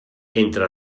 entre